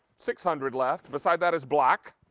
six hundred left, beside, that is black.